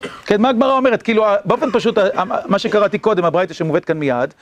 כן, מה גמרא אומרת? כאילו, באופן פשוט, מה שקראתי קודם, הברייתא שמובאת כאן מיד